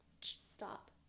stop